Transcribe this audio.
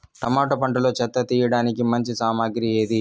Tomato పంటలో చెత్త తీయడానికి మంచి సామగ్రి ఏది?